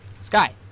Sky